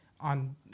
on